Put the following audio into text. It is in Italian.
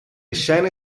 scene